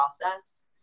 process